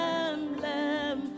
emblem